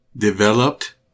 Developed